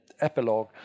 epilogue